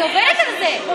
אני עובדת על זה.) לא,